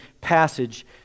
passage